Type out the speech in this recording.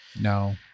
No